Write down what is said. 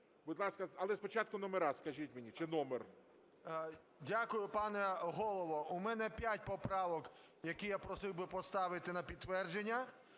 будь ласка. Але спочатку номера скажіть мені чи номер. 14:25:23 ШУФРИЧ Н.І. Дякую, пане Голово. У мене п'ять поправок, які я просив би поставити на підтвердження: